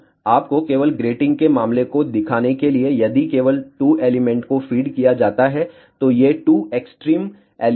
अब आपको केवल ग्रेटिंग के मामले को दिखाने के लिए यदि केवल 2 एलिमेंट को फीड किया जाता है तो ये 2 एक्सट्रीम एलिमेंट हैं